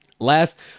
Last